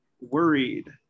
worried